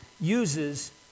uses